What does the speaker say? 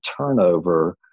turnover